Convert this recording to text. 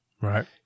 Right